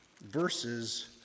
verses